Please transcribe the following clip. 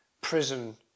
prison